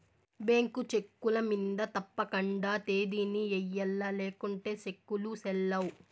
bank చెక్కుల మింద తప్పకండా తేదీని ఎయ్యల్ల లేకుంటే సెక్కులు సెల్లవ్